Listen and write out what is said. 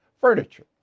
Furniture